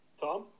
Tom